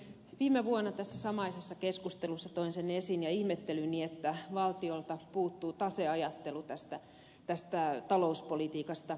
viime vuonna tässä samaisessa keskustelussa toin sen esiin ja ihmettelyni että valtiolta puuttuu taseajattelu talouspolitiikasta